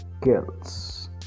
skills